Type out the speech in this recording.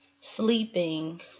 sleeping